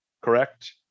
Correct